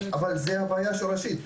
אבל הבעיה הזאת היא הבעיה השורשית.